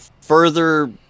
further